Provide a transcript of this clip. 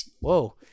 Whoa